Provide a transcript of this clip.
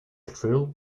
trill